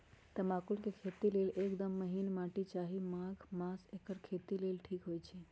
तमाकुल के खेती लेल एकदम महिन माटी चाहि माघ मास एकर खेती लेल ठीक होई छइ